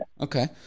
Okay